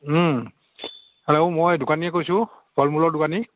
hello মই দোকানীয়ে কৈছোঁ ফলমূলৰ দোকানী